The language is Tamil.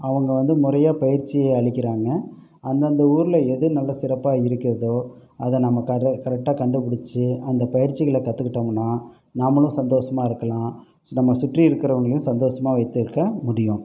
அவங்க வந்து முறையாக பயிற்சியை அளிக்கிறாங்க அந்தந்த ஊரில் எது நல்ல சிறப்பாக இருக்கிறதோ அதை நம்ம கரெக் கரெக்ட்டாக கண்டுபிடிச்சு அந்த பயிற்சிகளை கற்றுக்கிட்டோம்னா நாமளும் சந்தோஷமா இருக்கலாம் நம்ம சுற்றி இருக்கிறவங்களையும் சந்தோஷமா வைத்திருக்க முடியும்